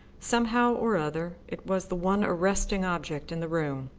somehow or other it was the one arresting object in the room.